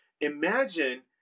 Imagine